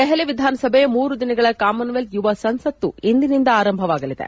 ದೆಹಲಿ ವಿಧಾನಸಭೆ ಮೂರು ದಿನಗಳ ಕಾಮನ್ವೆಲ್ತ್ ಯುವ ಸಂಸತ್ತನ್ನು ಇಂದಿನಿಂದ ಆರಂಭವಾಗಲಿದೆ